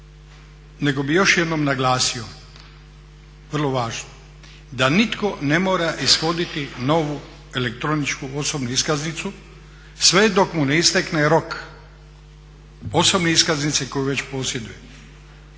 nego bih još jednom naglasio vrlo važno da nitko ne mora ishoditi novu elektroničku osobnu iskaznicu sve dok mu ne istekne rok osobne iskaznice koju već posjeduje